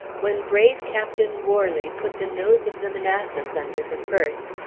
when brave captain warley put the nose of the manassas under the first,